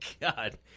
God